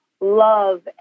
love